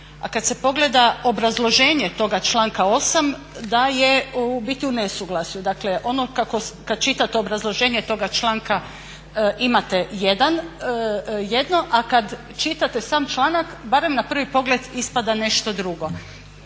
a kada se pogleda obrazloženje toga članka 8. da je u biti u nesuglasju. Dakle ono kako, kada čitate obrazloženje toga članka imate jedno a kada čitate sam članak, barem na prvi pogled ispada nešto drugo.